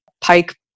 pike